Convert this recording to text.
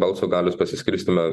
balso galios pasiskirstyme